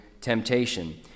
temptation